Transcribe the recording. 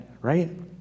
right